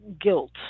guilt